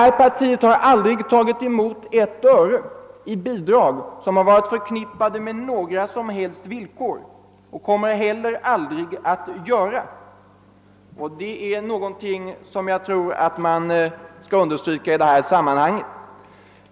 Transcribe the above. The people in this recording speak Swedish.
Vårt parti har aldrig tagit emot bidrag som varit förknippade med några som helst villkor och kommer heller aldrig att göra det. Det bör understrykas i detta sammanhang.